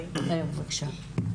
בבקשה.